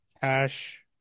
cash